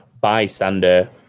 bystander